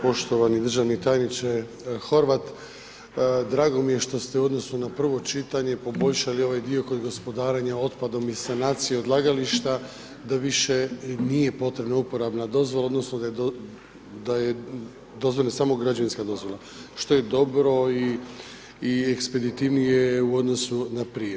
Poštovani državni tajniče Horvat, drago mi je što ste u odnosu na prvo čitanje poboljšali ovaj dio kod gospodarenja otpadom i sanacije odlagališta, da više nije potrebna uporabna dozvola odnosno da je dozvoljena samo građevinska dozvola što je dobro i ekspeditivnije u odnosu na prije.